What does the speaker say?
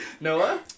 Noah